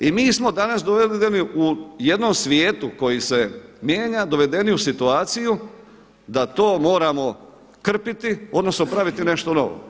I mi smo danas doveli u jednom svijetu koji se mijenja, dovedeni u situaciju da to moramo krpiti, odnosno praviti nešto novo.